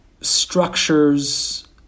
structures